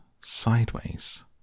sideways